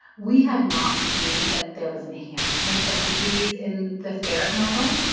we have not seen that there was enhancement of disease in the ferret model.